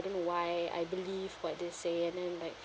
then why I believe what they say and then like